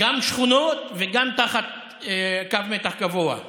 גם שכונות וגם תחת קו מתח גבוה.